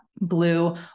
blue